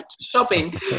shopping